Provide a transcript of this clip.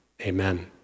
Amen